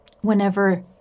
Whenever